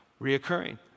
reoccurring